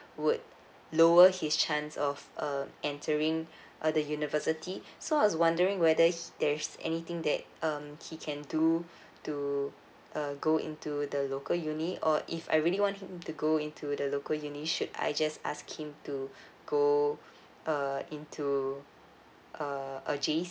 would lower his chance of um entering uh the university so I was wondering whether he's there is anything that um he can do to uh go into the local U_N_I or if I really want him to go into the local U_N_I should I just ask him to go uh into uh a J_C